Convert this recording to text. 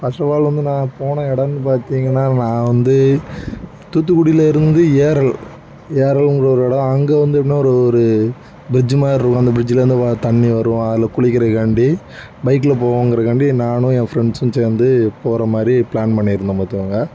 ஃபஸ்டப்பால் வந்து நான் போன இடம்னு பார்த்திங்கன்னா நான் வந்து தூத்துக்குடியிலருந்து ஏரல் ஏரல்னுங்கற ஒரு இடம் அங்கே வந்து எப்படினா ஒரு ஒரு ப்ரிஜ் மாதிரிருக்கும் அந்த ப்ரிஜ்லயிருந்து வா தண்ணி வரும் அதில் குளிக்கிறகாண்டி பைக்கில் போகங்கரங்காண்டி நானும் என் ஃப்ரெண்ஸும் சேர்ந்து போகிறமாரி ப்ளான் பண்ணியிருந்தோம் பார்த்துக்கோங்க